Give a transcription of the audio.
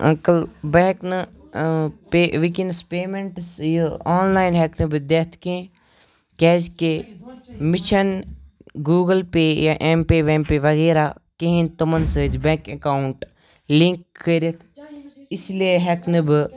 uncle بہٕ ہیٚکہٕ نہٕ پے وٕنکٮ۪نَس پیمیٚنٹس یہِ آنلاین ہیٚکہٕ نہٕ بہٕ دیٚتھ کیٚنٛہہ کیازِکہِ مےٚ چھَنہٕ گوٗگل پے یا ایم پے ویٚم پے وغیرہ کِہِنۍ تمَن سۭتۍ بینک ایکاونٛٹ لِنک کٔرِتھ اِس لیے ہیٚک نہٕ بہٕ